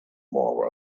more